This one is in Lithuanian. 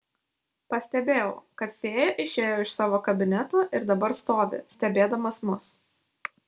pastebėjau kad fėja išėjo iš savo kabineto ir dabar stovi stebėdamas mus